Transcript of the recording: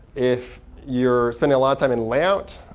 if you're spending a lot of time in layout,